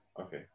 Okay